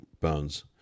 bones